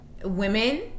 Women